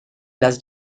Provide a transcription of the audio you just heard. las